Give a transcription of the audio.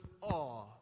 awe